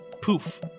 poof